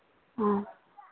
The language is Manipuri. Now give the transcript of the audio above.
ꯑꯥ